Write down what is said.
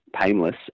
painless